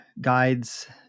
guides